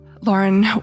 Lauren